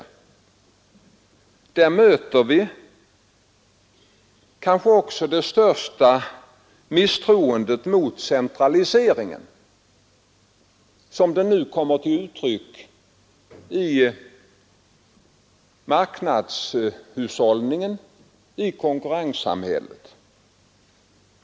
I de grupperna möter vi kanske också det största misstroendet mot centraliseringen, såsom denna nu kommit till uttryck i marknadshushållningen, i konkurrenssamhället.